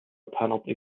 penalty